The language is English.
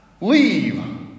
leave